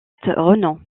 renan